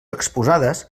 exposades